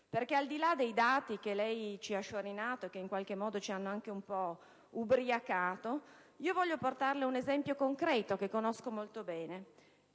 Al di là dei dati che ci ha sciorinato e che in qualche modo ci hanno ubriacato, voglio portarle un esempio concreto che conosco molto bene.